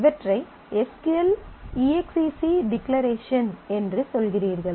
இவற்றை SQL exec declaration என்று சொல்கிறீர்கள்